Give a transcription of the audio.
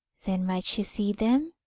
then might she see them?